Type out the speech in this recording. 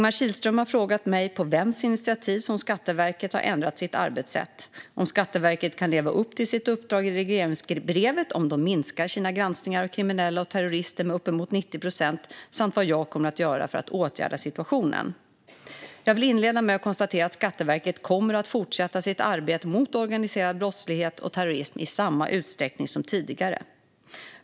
Fru talman! har frågat mig på vems initiativ Skatteverket har ändrat sitt arbetssätt, om Skatteverket kan leva upp till sitt uppdrag i regleringsbrevet om de minskar sina granskningar av kriminella och terrorister med uppemot 90 procent samt vad jag kommer att göra för att åtgärda situationen. Jag vill inleda med att konstatera att Skatteverket kommer att fortsätta sitt arbete mot organiserad brottslighet och terrorism i samma utsträckning som tidigare.